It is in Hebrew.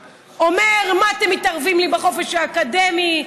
אומר: מה אתם מתערבים לי בחופש האקדמי?